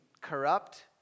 corrupt